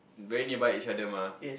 very nearby each other mah